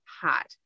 hot